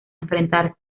enfrentarse